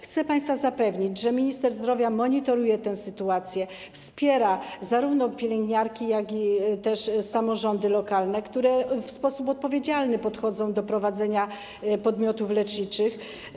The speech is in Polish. Chcę państwa zapewnić, że minister zdrowia monitoruje tę sytuację, wspiera zarówno pielęgniarki, jak i samorządy lokalne, które w sposób odpowiedzialny podchodzą do sprawy prowadzenia podmiotów leczniczych.